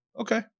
Okay